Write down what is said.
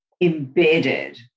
embedded